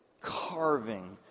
carving